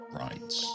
rights